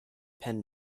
pen